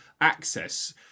access